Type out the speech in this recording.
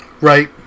Right